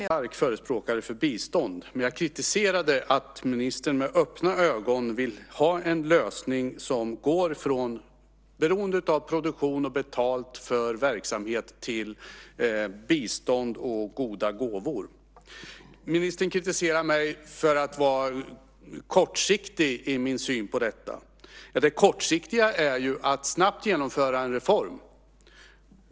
Fru talman! Jag raljerade inte över biståndet. Jag är en stark förespråkare av bistånd. Men jag kritiserade att ministern med öppna ögon vill ha en lösning som går från beroende av produktion och betalt för verksamhet till bistånd och goda gåvor. Ministern kritiserar mig för att vara kortsiktig i min syn på detta. Det kortsiktiga är ju att snabbt genomföra en reform.